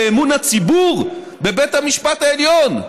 לאמון הציבור בבית המשפט העליון,